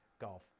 golf